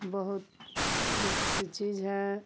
बहुत सी चीज़ हैं